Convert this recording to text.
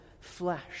flesh